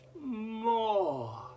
more